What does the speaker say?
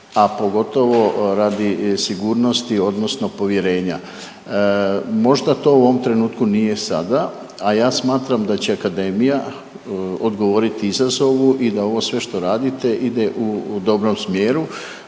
a pogotovo radi sigurnosti odnosno povjerenja. Možda to u ovom trenutku nije sada, a ja smatram da će akademija odgovoriti izazovu i da ovo sve što radite ide u dobrom smjeru